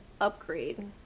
upgrade